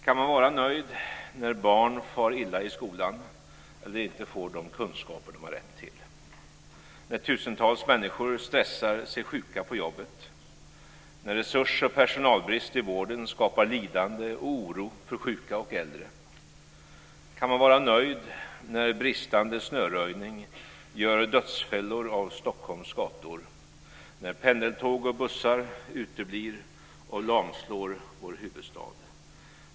Kan man vara nöjd när barn far illa i skolan eller inte får de kunskaper de har rätt till? När tusentals människor stressar sig sjuka på jobbet, när resurs och personalbrist i vården skapar lidande och oro för sjuka och äldre? Kan man vara nöjd när bristande snöröjning gör dödsfällor av Stockholms gator? När pendeltåg och bussar uteblir och lamslår vår huvudstad?